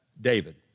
David